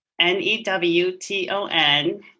N-E-W-T-O-N